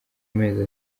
mezi